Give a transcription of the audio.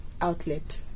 outlet